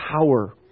power